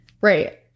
Right